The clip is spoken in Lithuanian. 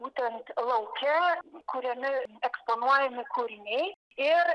būtent lauke kuriami eksponuojami kūriniai ir